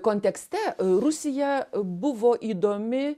kontekste rusija buvo įdomi